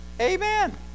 amen